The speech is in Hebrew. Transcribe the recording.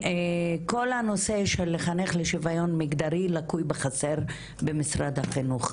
כל הנושא של לחנך לשיוויון מגדרי לקוי בחסר במשרד החינוך.